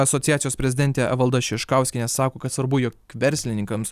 asociacijos prezidentė evalda šiškauskienė sako kad svarbu jog verslininkams